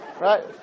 Right